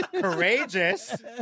Courageous